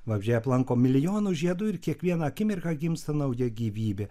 vabzdžiai aplanko milijonus žiedų ir kiekvieną akimirką gimsta nauja gyvybė